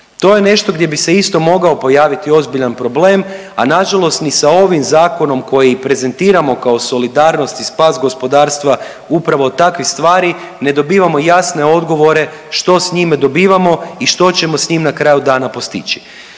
To je nešto gdje bi se isto mogao pojaviti ozbiljan problem, a nažalost ni sa ovim zakonom koji prezentiramo kao solidarnost i spas gospodarstva upravo od takvih stvari ne dobivamo jasne odgovore što s njime dobivamo i što ćemo s njim na kraju dana postići.